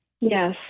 Yes